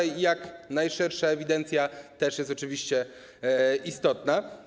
Jak najszersza ewidencja też jest oczywiście istotna.